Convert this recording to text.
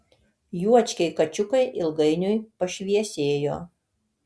juočkiai kačiukai ilgainiui pašviesėjo